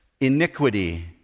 iniquity